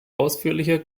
ausführlicher